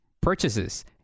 purchases